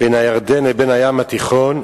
בין הירדן לבין הים התיכון,